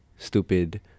Stupid